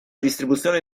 distribuzione